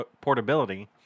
portability